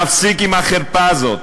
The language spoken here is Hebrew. להפסיק עם החרפה הזאת,